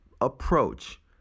approach